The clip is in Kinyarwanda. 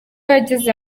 yageze